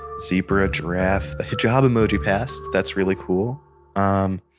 zebra, giraffe, the hijab emoji passed, that's really cool. i'm